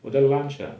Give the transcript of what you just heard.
我的 lunch ah